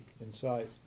inside